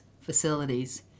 facilities